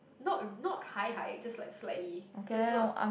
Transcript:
not not high high it's just like slightly so it's not